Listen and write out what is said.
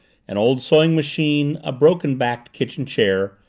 an old sewing machine, a broken-backed kitchen chair,